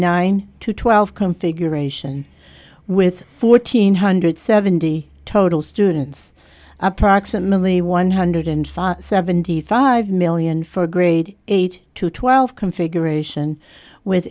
nine to twelve configuration with fourteen hundred seventy total students approximately one hundred five seventy five million for a grade eight to twelve configuration with